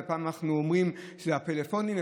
ופעם אנחנו אומרים שזה הפלאפונים,